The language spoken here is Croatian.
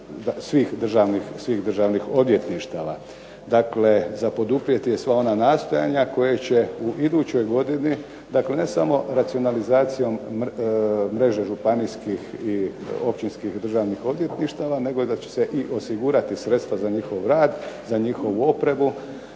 svih državnih odvjetništava. Dakle, za poduprijeti je sva ona nastojanja koja će u idućoj godini, dakle ne samo racionalizacijom mreže županijskih i općinskih državnih odvjetništava nego i da će se i osigurati sredstva za njihov rad, za njihovu opremu,